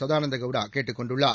சதானந்த கவுடா கேட்டுக் கொண்டுள்ளார்